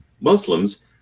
Muslims